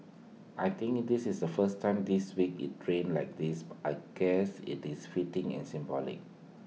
I think this is the first time this week IT rained like this but I guess IT is fitting and symbolic